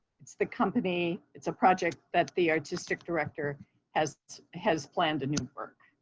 it's the company. it's a project that the artistic director has has planned a new work.